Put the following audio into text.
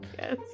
yes